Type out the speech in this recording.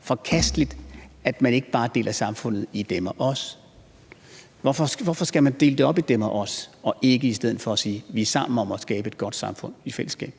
forkasteligt, og hvorfor man skal dele samfundet i dem og os? Hvorfor skal man dele det op i dem og os i stedet for at sige, at vi er sammen om at skabe et godt samfund, i fællesskab?